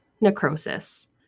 necrosis